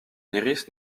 lyrisse